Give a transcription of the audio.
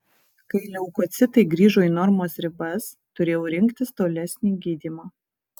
kai leukocitai grįžo į normos ribas turėjau rinktis tolesnį gydymą